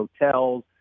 hotels